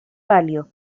palio